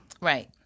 Right